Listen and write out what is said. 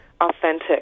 authentic